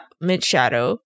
Mid-Shadow